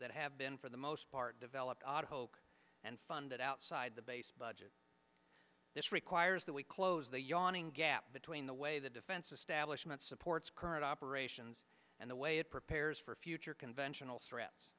that have been for the most part developed out of hoke and funded outside the base budget this requires that we close the yawning gap between the way the defense establishment supports current operations and the way it prepares for future conventional threats